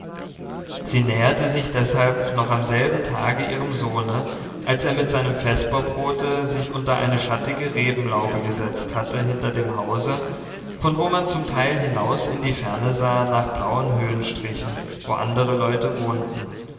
sie näherte sich deshalb noch am selben tage ihrem sohne als er mit seinem vesperbrote sich unter eine schattige rebenlaube gesetzt hatte hinter dem hause von wo man zum teil hinaus in die ferne sah nach blauen höhenstrichen wo andere leute wohnten